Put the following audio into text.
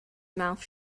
mouth